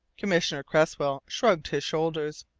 commissioner cresswell shrugged his shoulders.